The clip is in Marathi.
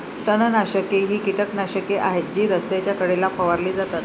तणनाशके ही कीटकनाशके आहेत जी रस्त्याच्या कडेला फवारली जातात